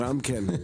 גם כן.